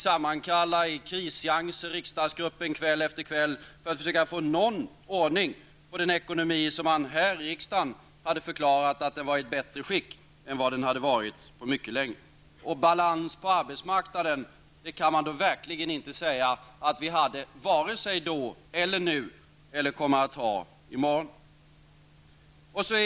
Riksdagsgruppen fick kallas till krissammanträden kväll efter kväll för att försöka få någon ordning på den ekonomi som man här i riksdagen hade förklarat vara i bättre skick än vad den varit på mycket länge. Det var verkligen inte balans på arbetsmarknaden vare sig då eller nu och kommer inte heller att vara det i morgon.